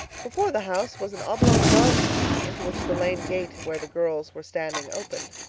before the house was an oblong garden into which the lane gate where the girls were standing opened.